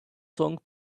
song